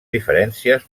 diferències